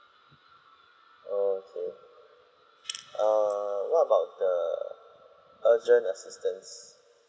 okay err what about the urgent assistance